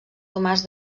tomàs